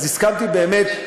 הסכמנו באמת,